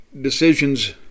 decisions